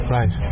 Right